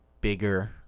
bigger –